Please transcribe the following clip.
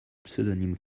pseudonyme